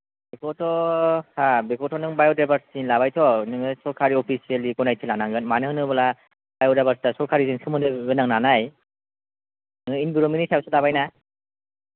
औ बेखौथ' सार बेखौथ' नों बाय'दायबारसिथिनि लाबायथ' नोङो सरखारि अफिसियेलि गनायथि लानांगोन मानो होनोब्ला बाय'दायबारसिथिआ सरकारजों सोमोन्दो गोनां नालाय नों इनभायरनमेन्टनि सायावसो लाबायना